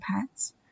pets